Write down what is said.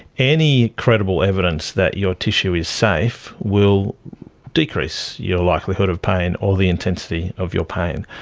any credible evidence that your tissue is safe will decrease your likelihood of pain or the intensity of your pain.